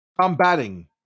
combating